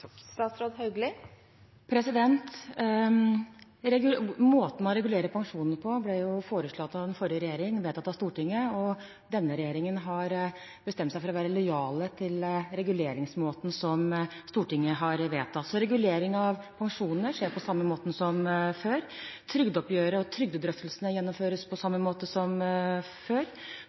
Måten man regulerer pensjonene på, ble foreslått av den forrige regjeringen, vedtatt av Stortinget, og denne regjeringen har bestemt seg for å være lojal til reguleringsmåten Stortinget har vedtatt. Så regulering av pensjonene skjer på samme måte som før. Trygdeoppgjøret og trygdedrøftelsene gjennomføres på samme måte som før.